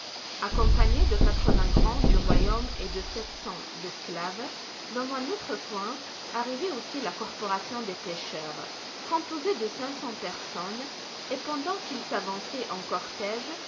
accompagné de quatre-vingts grands du royaume et de sept cents esclaves dans un autre coin arrivait aussi la corporation des pêcheurs composée de cinq cents personnes et pendant qu'ils s'avançaient en cortége